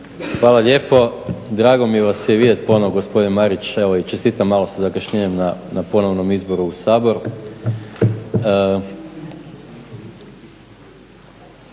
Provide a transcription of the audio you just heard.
Hvala lijepo. Drago mi vas je vidjet ponovo gospodine Marić, evo i čestitam malo sa zakašnjenjem na ponovnom izboru u Sabor.